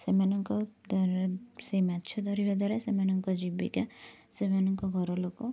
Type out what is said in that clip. ସେମାନଙ୍କ ଦ୍ଵାରା ସେ ମାଛ ଧରିବା ଦ୍ଵାରା ସେମାନଙ୍କ ଜୀବିକା ସେମାନଙ୍କ ଘରଲୋକ